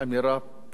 צינית,